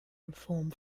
reformed